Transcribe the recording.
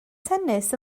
tennis